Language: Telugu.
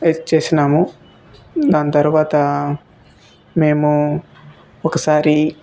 చేసినాము దాని తర్వాత మేము ఒకసారి